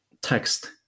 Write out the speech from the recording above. text